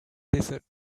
desert